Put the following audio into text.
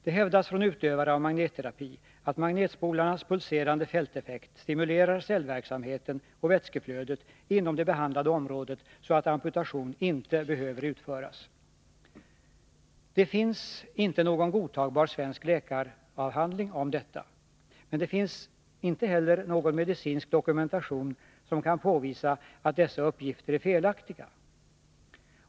Det hävdas från utövare av magnetterapi att magnetspolarnas pulserande fälteffekt stimulerar cellverksamheten och vätskeflödet inom det behandlade området, så att amputation inte behöver utföras. Det finns inte någon godtagbar svensk läkaravhandling om detta. Det finns emellertid inte heller någon medicinsk dokumentation som kan påvisa att dessa uppgifter är felaktiga.